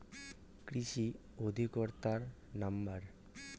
কৃষি অধিকর্তার নাম্বার?